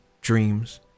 dreams